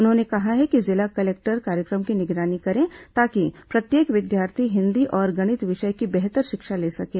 उन्होंने कहा है कि जिला कलेक्टर कार्यक्रम की निगरानी करें ताकि प्रत्येक विद्यार्थी हिन्दी और गणित विषय की बेहतर शिक्षा ले सकें